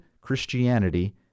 Christianity